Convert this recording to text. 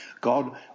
God